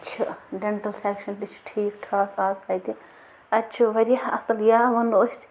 چھِ dental section تہِ چھُ ٹھیٖک ٹھاکھ آز اَتہِ اَتہِ چھُ واریاہ اَصٕل یا وَنو أسۍ